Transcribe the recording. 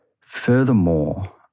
Furthermore